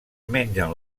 mengen